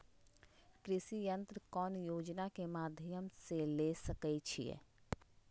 कृषि यंत्र कौन योजना के माध्यम से ले सकैछिए?